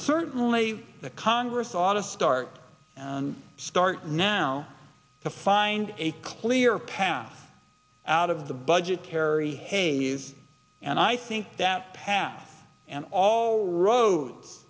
certainly the congress ought to start and start now to find a clear path out of the budget kerry hades and i think that path and all road